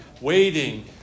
waiting